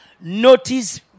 notice